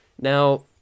Now